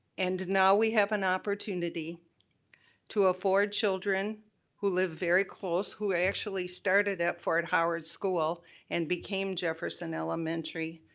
and now we have an opportunity to afford children who live very close, who actually started at fort howard school and became jefferson elementary,